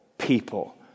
people